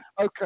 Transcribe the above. Okay